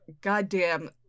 goddamn